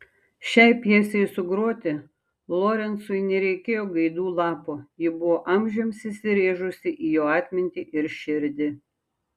šiai pjesei sugroti lorencui nereikėjo gaidų lapo ji buvo amžiams įsirėžusi į jo atmintį ir širdį